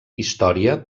història